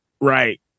right